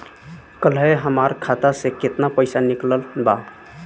काल्हे हमार खाता से केतना पैसा निकलल बा?